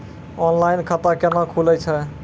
Online खाता केना खुलै छै?